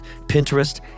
Pinterest